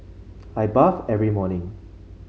I bathe every morning